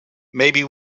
maybe